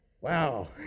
Wow